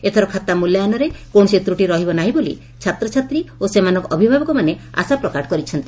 ଏଥର ଖାତା ମୂଲ୍ୟାୟନରେ କୌଣସି ତ୍ରଟି ରହିବ ନାହିଁ ବୋଲି ଛାତ୍ରଛାତ୍ରୀ ଓ ସେମାନଙ୍କ ଅଭିଭାବକମାନେ ଆଶା ପ୍ରକଟ କରିଛନ୍ତି